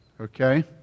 Okay